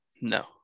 No